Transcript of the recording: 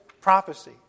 prophecy